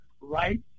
right